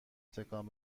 تکان